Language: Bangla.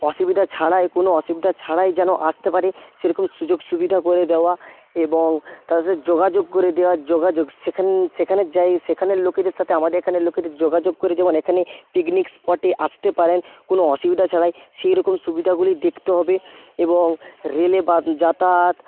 অসুবিধা ছাড়াই কোনো অসুবিধা ছাড়াই যেন আসতে পারে সেরকম সুযোগ সুবিধা করে দেওয়া এবং তা সে যোগাযোগ করে দেওয়া সেখানের লোকেদের সাথে আমাদের এখানের লোকেদের যোগাযোগ করে যেমন এখানে পিকনিক স্পটে আসতে পারেন কোনো অসুবিধা ছাড়াই সেইরকম সুবিধাগুলি দেখতে হবে এবং রেলে বা যাতায়াত